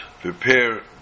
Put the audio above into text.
prepare